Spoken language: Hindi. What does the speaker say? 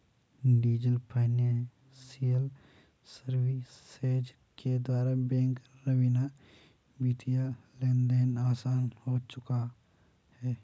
डीजल फाइनेंसियल सर्विसेज के द्वारा बैंक रवीना वित्तीय लेनदेन आसान हो चुका है